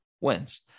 wins